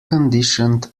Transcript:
conditioned